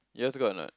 yours got a not